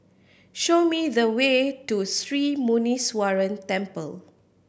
show me the way to Sri Muneeswaran Temple